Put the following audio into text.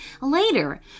Later